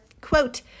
Quote